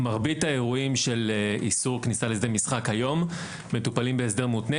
מרבית האירועים של איסור כניסה לשדה משחק מטופלים היום בהסדר מותנה